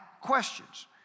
questions